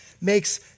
makes